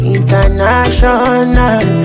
International